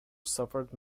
suffered